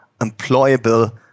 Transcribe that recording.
employable